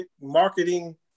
marketing